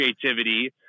creativity